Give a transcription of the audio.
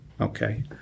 Okay